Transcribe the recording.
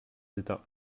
d’état